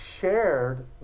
shared